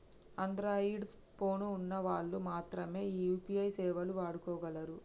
Android phone ఉన్న వాళ్ళు మాత్రమె ఈ యూ.పీ.ఐ సేవలు వాడుకోగలరు